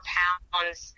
pounds